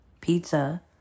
pizza